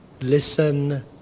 Listen